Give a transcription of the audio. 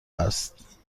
است